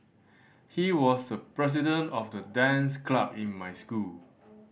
he was the president of the dance club in my school